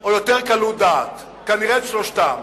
או יותר קלות דעת, כנראה, את שלושתן.